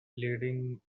leading